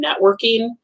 networking